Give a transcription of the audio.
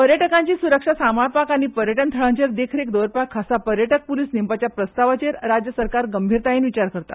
पर्यटकांची स्रक्षा सांबाळपाक आनी पर्यटन थळांचेर देखरेख दवरपाक खासा पर्यटक पुलीस नेमपाच्या प्रस्तावाचेर राज्य सरकार गंभीरतायेन विचार करता